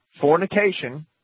fornication